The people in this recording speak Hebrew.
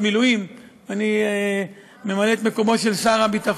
מאז 14 בינואר אני מעורבת במשבר של הורי הדסה,